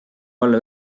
olla